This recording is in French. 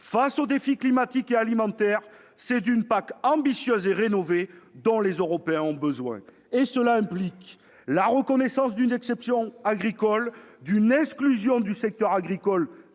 Face au défi climatique et alimentaire, c'est d'une PAC ambitieuse et rénovée que les Européens ont besoin, et cela implique la reconnaissance d'une exception agricole, l'exclusion du secteur agricole